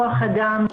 כוח אדם,